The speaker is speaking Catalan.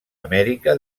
amèrica